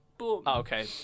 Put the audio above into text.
Okay